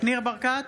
(קוראת בשם חבר הכנסת) ניר ברקת,